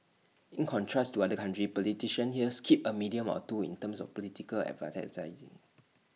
in contrast to other countries politicians here skip A medium or two in terms of political advertising